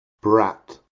Brat